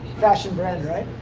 fashion brand, right?